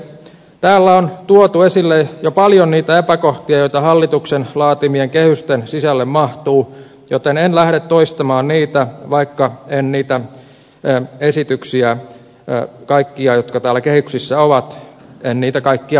täällä on tuotu esille jo paljon niitä epäkohtia joita hallituksen laatimien kehysten sisälle mahtuu joten en lähde toistamaan niitä vaikka en kaikkia niitä esityksiä jotka täällä kehyksissä ovat hyväksykään